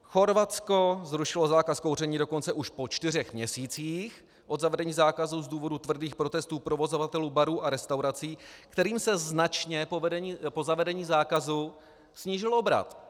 Chorvatsko zrušilo zákaz kouření dokonce už po čtyřech měsících od zavedení zákazu z důvodu tvrdých protestů provozovatelů barů a restaurací, kterým se značně po zavedení zákazu snížil obrat.